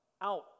out